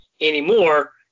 anymore